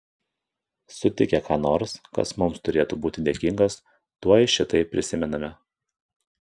sutikę ką nors kas mums turėtų būti dėkingas tuoj šitai prisimename